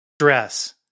stress